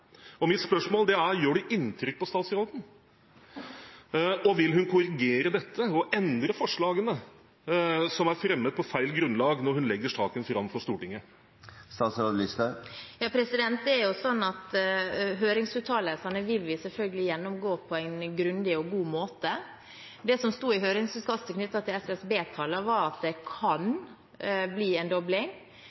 og mitt spørsmål er: Gjør det inntrykk på statsråden, og vil hun korrigere dette og endre forslagene som er fremmet på feil grunnlag, når hun legger saken fram for Stortinget? Høringsuttalelsene vil vi selvfølgelig gjennomgå på en grundig og god måte. Det som sto i høringsutkastet knyttet til SSB-tallene, var at det kan bli en dobling.